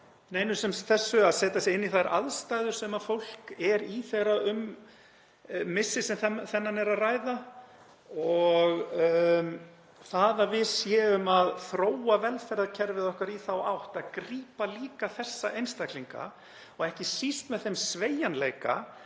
neinu sem þessu að setja sig inn í þær aðstæður sem fólk er í þegar um missi sem þennan er að ræða. Það að við séum að þróa velferðarkerfið okkar í þá átt að grípa líka þessa einstaklinga og ekki síst með þeim sveigjanleika